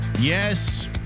Yes